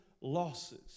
losses